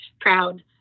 proud